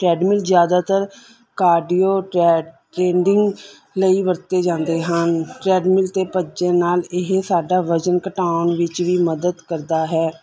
treadmill ਜ਼ਿਆਦਾਤਰ cardio ਟਰੈ ਟਰੇਡਿੰਗ ਲਈ ਵਰਤੇ ਜਾਂਦੇ ਹਨ ਟਰੈਡਮਿਲ 'ਤੇ ਭੱਜਣ ਨਾਲ ਇਹ ਸਾਡਾ ਵਜਨ ਘਟਾਉਣ ਵਿੱਚ ਵੀ ਮਦਦ ਕਰਦਾ ਹੈ